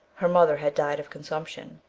her mother had died of consumption,